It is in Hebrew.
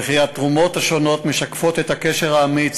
והתרומות השונות משקפות את הקשר האמיץ